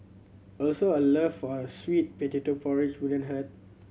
also a love for a sweet potato porridge wouldn't hurt